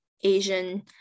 Asian